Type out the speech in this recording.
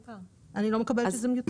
אני לא מקבלת שזה מיותר.